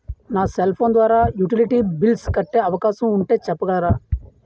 నా cell phone ద్వారా utility bills కట్టే అవకాశం ఉంటే చెప్పగలరా?